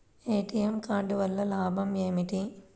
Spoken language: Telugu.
ఏ.టీ.ఎం కార్డు వల్ల లాభం ఏమిటి?